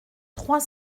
trois